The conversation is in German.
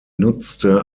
nutzte